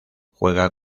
juega